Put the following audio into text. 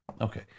Okay